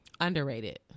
Underrated